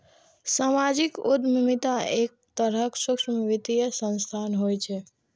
सामाजिक उद्यमिता एक तरहक सूक्ष्म वित्तीय संस्थान होइ छै